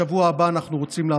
בשבוע הבא אנחנו רוצים להביא,